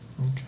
Okay